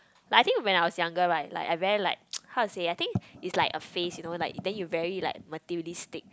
like I think when I was younger right like I very like how to say I think it's like a phase you know like then you very like materialistic